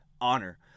Honor